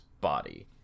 body